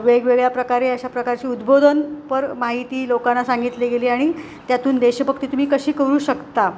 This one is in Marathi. वेगवेगळ्या प्रकारे अशा प्रकारची उद्बोधनपर माहिती लोकांना सांगितली गेली आणि त्यातून देशभक्ती तुम्ही कशी करू शकता